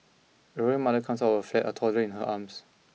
grandmother comes out of her flat a toddler in her arms